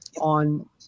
on